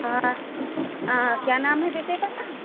ہاں ہاں کیا نام ہے بیٹے کا